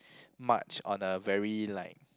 much on a very like